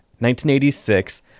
1986